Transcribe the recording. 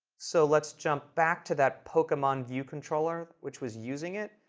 so let's jump back to that pokemon view controller which was using it,